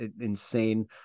insane